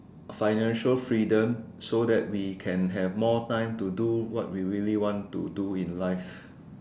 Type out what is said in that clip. financial freedom so that we can have more time to do what we really want to do in life